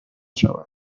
شود